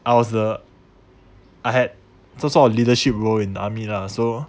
I was the I had so sort of leadership role in the army lah so